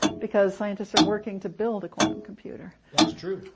because scientists are working to build a quantum computer. that's true.